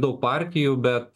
daug partijų bet